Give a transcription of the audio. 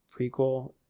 prequel